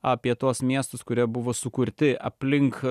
apie tuos miestus kurie buvo sukurti aplink